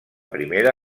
primera